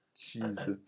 Jesus